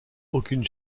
aucune